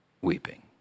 weeping